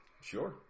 Sure